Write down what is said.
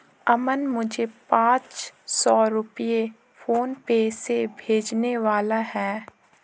अमन मुझे पांच सौ रुपए फोनपे से भेजने वाला है